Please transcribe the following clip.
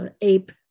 ape